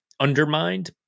undermined